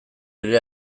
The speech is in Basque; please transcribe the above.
ere